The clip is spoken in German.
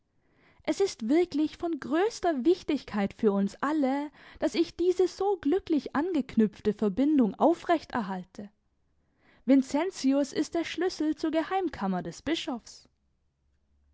es ist wirklich von größter wichtigkeit für uns alle daß ich diese so glücklich angeknüpfte verbindung aufrechterhalte vincentius ist der schlüssel zur geheimkammer des bischofs